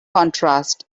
contrast